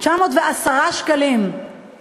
910 שקלים, 910 שקלים.